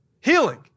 Healing